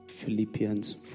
Philippians